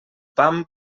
pam